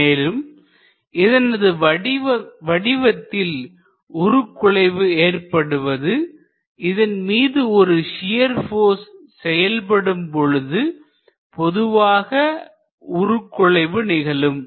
மேலும் இதனது வடிவத்தில் உருகுலைவு ஏற்படுவது இதன் மீது ஒரு சியர் போர்ஸ் செயல்படும் பொழுது பொதுவாக உருகுலைவு நிகழும்